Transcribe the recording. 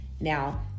now